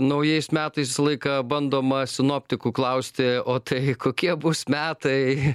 naujais metais visą laiką bandoma sinoptikų klausti o tai kokie bus metai